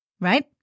right